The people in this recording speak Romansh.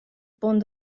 pon